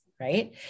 right